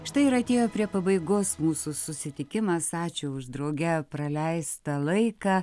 štai ir atėjo prie pabaigos mūsų susitikimas ačiū už drauge praleistą laiką